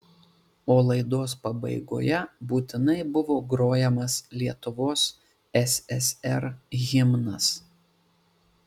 o laidos pabaigoje būtinai buvo grojamas lietuvos ssr himnas